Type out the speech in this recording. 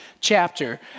chapter